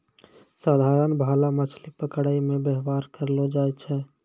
साधारण भाला मछली पकड़ै मे वेवहार करलो जाय छै